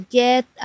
get